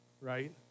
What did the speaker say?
right